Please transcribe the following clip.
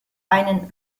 einen